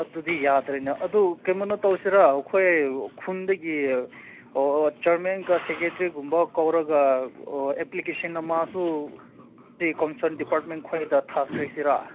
ꯑꯗꯨꯗꯤ ꯌꯥꯗ꯭ꯔꯦꯅꯦ ꯑꯗꯨ ꯀꯩꯅꯣꯃ ꯇꯧꯁꯤꯔ ꯑꯩꯈꯣꯏ ꯈꯨꯟꯗꯒꯤ ꯆꯤꯌꯥꯔꯃꯦꯟꯒ ꯁꯦꯀꯦꯇ꯭ꯔꯤꯒꯨꯝꯕ ꯀꯧꯔꯒ ꯑꯦꯄ꯭ꯂꯤꯀꯦꯁꯟ ꯑꯃꯁꯨ ꯁꯤ ꯀꯟꯁꯔꯟ ꯗꯤꯄꯥꯔꯠꯃꯦꯟ ꯈꯣꯏꯗ ꯊꯥꯈ꯭ꯔꯁꯤꯔ